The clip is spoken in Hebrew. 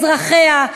אזרחיה,